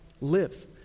live